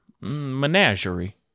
menagerie